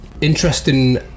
Interesting